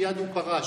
מייד הוא פרש,